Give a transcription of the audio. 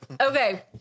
Okay